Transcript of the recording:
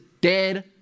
dead